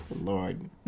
lord